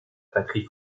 patrie